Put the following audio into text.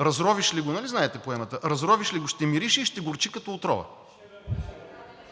Разровиш ли го – нали знаете поемата, „разровиш ли го, ще мирише и ще горчи като отрова“.